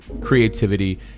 creativity